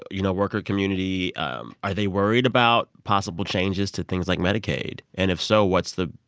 you know, worker community um are they worried about possible changes to things like medicaid? and if so, what's the,